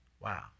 Wow